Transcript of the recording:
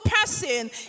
person